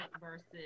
versus